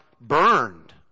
burned